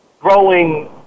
Growing